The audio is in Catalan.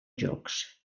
jocs